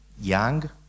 young